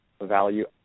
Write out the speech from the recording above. value